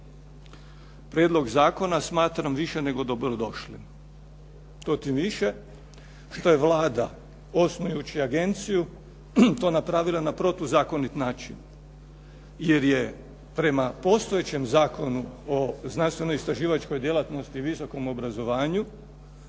Prijedlog zakona smatram više nego dobro došli. To tim više što je Vlada osnujući agenciju to napravila na protuzakonit način, jer je prema postojećem Zakonu o znanstveno istraživačkoj djelatnosti i visokom obrazovanju,